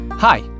Hi